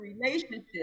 relationship